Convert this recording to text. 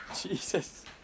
Jesus